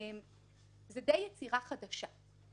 זה די יצירה חדשה.